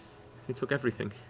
they took everything.